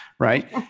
right